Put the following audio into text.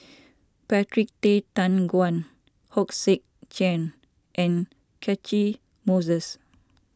Patrick Tay Teck Guan Hong Sek Chern and Catchick Moses